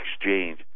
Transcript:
Exchange